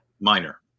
minor